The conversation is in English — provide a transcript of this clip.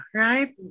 right